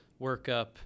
workup